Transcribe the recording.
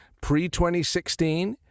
pre-2016